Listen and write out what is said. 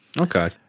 Okay